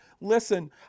listen